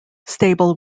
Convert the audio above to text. stable